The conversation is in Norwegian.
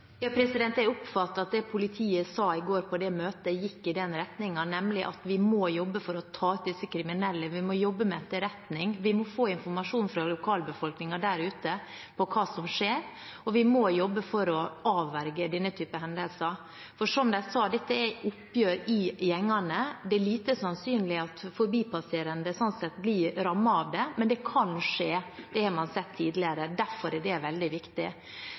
Jeg oppfattet at det politiet sa i går på det møtet, gikk i den retningen, nemlig at vi må jobbe for å ta ut disse kriminelle, vi må jobbe med etterretning, vi må få informasjon fra lokalbefolkningen der ute om hva som skjer. Vi må jobbe for å avverge denne typen hendelser. Som de sa: Dette er oppgjør i gjengene. Det er lite sannsynlig at forbipasserende blir rammet av det, men det kan skje, det har man sett tidligere. Derfor er dette veldig viktig.